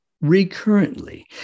recurrently